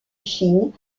chine